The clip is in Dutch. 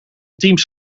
teams